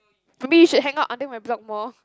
for me you should hang out under my block more